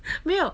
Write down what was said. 没有